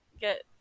get